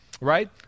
Right